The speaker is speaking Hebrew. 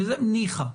ניחא,